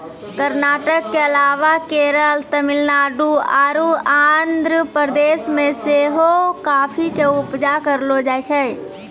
कर्नाटक के अलावा केरल, तमिलनाडु आरु आंध्र प्रदेश मे सेहो काफी के उपजा करलो जाय छै